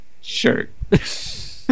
shirt